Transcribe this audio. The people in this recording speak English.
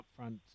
upfront